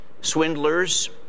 swindlers